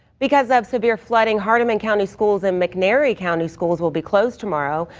because of severe flooding. hardeman county schools and mcnairy county schools will be closed tomorrow.